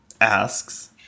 asks